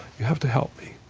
you have to help me.